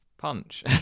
Punch